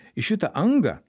į šitą angą